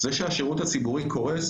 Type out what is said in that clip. זה שהשירות הציבורי קורס,